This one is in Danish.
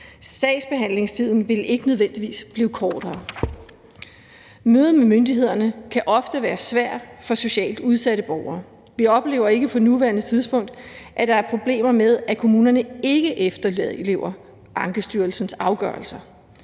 sagsbehandlingstiden vil ikke nødvendigvis blive kortere. Mødet med myndighederne kan ofte være svært for socialt udsatte borgere. Vi oplever ikke på nuværende tidspunkt, at der er problemer med, at kommunerne ikke efterlever Ankestyrelsens afgørelser,